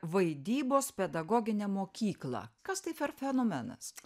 vaidybos pedagoginę mokyklą kas tai per fenomenas